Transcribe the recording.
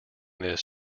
this